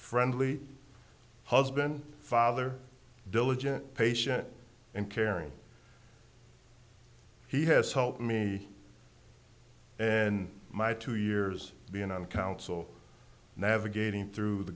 friendly husband father diligent patient and caring he has helped me and my two years been on council navigating through the